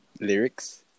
Lyrics